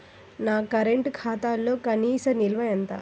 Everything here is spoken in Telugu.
నా కరెంట్ ఖాతాలో కనీస నిల్వ ఎంత?